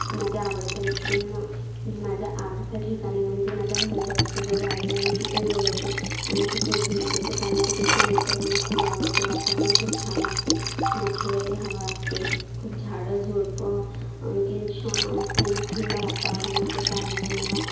माझ्या आवडत्या व्यक्तींना मी माझ्या आवडत्या ठिकाणी म्हणजे माझ्या घराजवळचा जो गार्डन आहे मी तिथेच बोलवते आणि तिथेच भेट देते कारण की तिथच नेचर मला खूप आवडते वातावरण खूप छान असते नॅचरली हवा असते खुप झाडं झुडपं आणखीन शांत थंड वातावरण आहे तर त्यामुळे मला